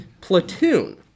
Platoon